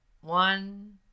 One